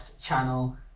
channel